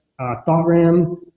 ThoughtRam